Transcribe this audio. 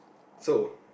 so